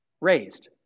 raised